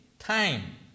Time